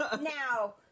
Now